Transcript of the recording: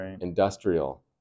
industrial